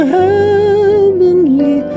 heavenly